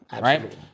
right